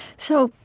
so,